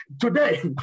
today